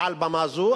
מעל במה זו,